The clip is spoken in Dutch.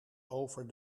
over